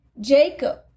Jacob